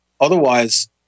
Otherwise